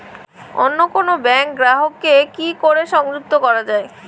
অন্য কোনো ব্যাংক গ্রাহক কে কি করে সংযুক্ত করা য়ায়?